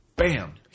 Bam